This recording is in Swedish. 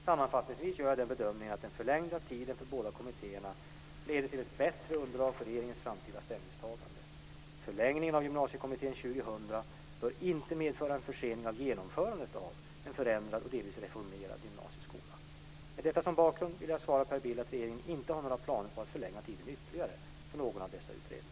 Sammanfattningsvis gör jag den bedömningen att den förlängda tiden för båda kommittéerna leder till ett bättre underlag för regeringens framtida ställningstagande. Förlängningen av Gymnasiekommittén 2000 bör inte medföra en försening av genomförandet av en förändrad och delvis reformerad gymnasieskola. Med detta som bakgrund vill jag svara Per Bill att regeringen inte har några planer på att förlänga tiden ytterligare för någon av dessa utredningar.